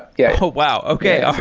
yeah oh, wow! okay. all